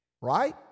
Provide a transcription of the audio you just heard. Right